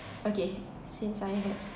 okay since I had